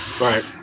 Right